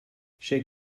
shake